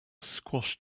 squashed